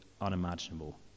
unimaginable